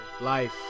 life